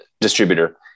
distributor